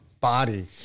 body